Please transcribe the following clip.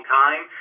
time